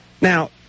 Now